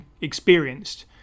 experienced